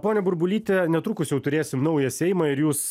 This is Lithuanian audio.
ponia burbulyte netrukus jau turėsim naują seimą ir jūs